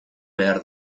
behar